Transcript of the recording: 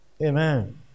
Amen